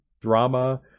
drama